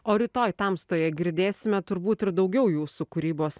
o rytoj tamstoje girdėsime turbūt ir daugiau jūsų kūrybos